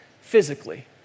physically